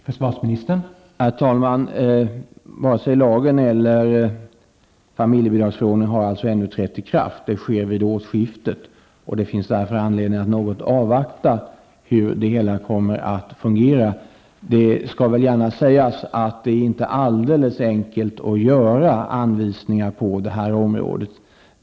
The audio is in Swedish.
Herr talman! Ännu har varken lagen eller familjebidragsförordningen trätt i kraft. Ikraftträdandet sker vid årsskiftet. Det finns därför anledning att något avvakta hur det hela kommer att fungera. Det är inte alldeles enkelt att utfärda anvisningar på det här området.